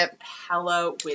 Hello